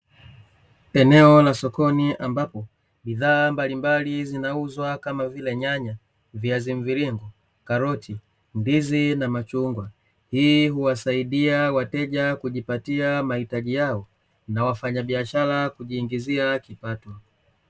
Eneo la sokoni ambapo bidhaa mbalimbali zinauzwa kama vile nyanya, viazi mviringo, karoti, ndizi na machungwa. Hii huwasaidia wateja kujipatia mahitaji yao na wafanyabiashara kujiingizia kipato.